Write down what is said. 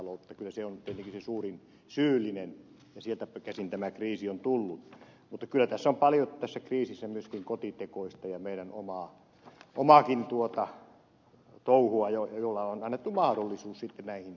kyllä se on tietenkin se suurin syyllinen ja sieltä käsin tämä kriisi on tullut mutta kyllä tässä kriisissä on paljon myöskin kotitekoista ja meidän omaakin touhuamme jolla on annettu mahdollisuus sitten näihin erilaisiin pörssipeleihin